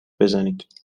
بزنید